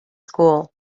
school